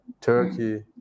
Turkey